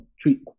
treat